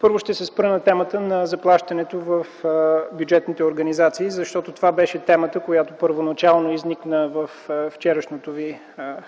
Първо ще се спра на темата на заплащането в бюджетните организации, защото това беше темата, която първоначално изникна във вчерашното ви заседание.